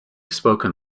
spoken